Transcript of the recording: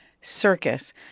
circus